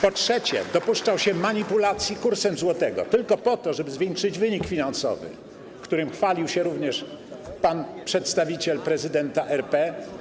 Po trzecie, dopuszczał się manipulacji kursem złotego tylko po to, żeby zwiększyć wynik finansowy, którym chwalił się również przedstawiciel prezydenta RP.